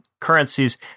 currencies